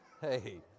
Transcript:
Hey